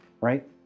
right